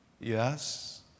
Yes